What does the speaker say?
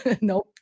nope